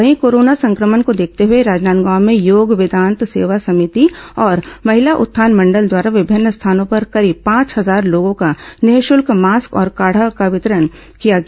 वहीं कोरोना संक्रमण को देखते हुए राजनांदगांव में योग वेदांत सेवा समिति और महिला उत्थान मंडल द्वारा विभिन्न स्थानों पर करीब पांच हजार लोगों को निःशल्क मास्क और काढा का वितरण किया गया